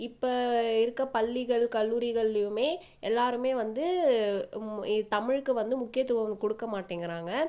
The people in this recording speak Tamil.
இப்போ இருக்க பள்ளிகள் கல்லூரிகள்லியுமே எல்லாருமே வந்து தமிழுக்கு வந்து முக்கியத்துவம் கொடுக்க மாட்டேங்கிறாங்க